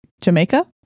Jamaica